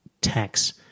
tax